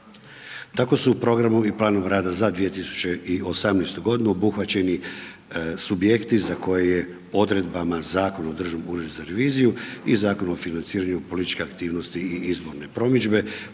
Tako su u programu i planu rada za 2018. godinu obuhvaćeni subjekti za koje je odredbama Zakona o Državnom uredu za reviziju i Zakonom o financiranju političke aktivnosti i izborne promidžbe